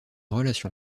relation